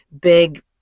big